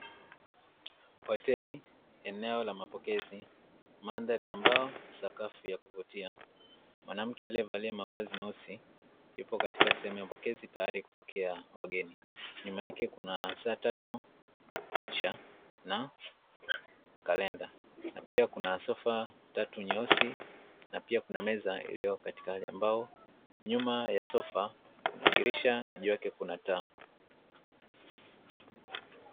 Hoteli eneo la mapokezi madhari ya mbao , sakafu ya kuvutia . Mwanamke alievalia mavazi meusi yupo katika sehemu ya mapokezi tayari kupokea wageni, nyuma yake Kuna saa tatu, picha na kalenda. Pia Kuna sofa tatu nyeusi na pia Kuna meza iliyo katika hali ya mbao, nyuma ya sofa kuna dirisha na juu yake Kuna taa.